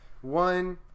one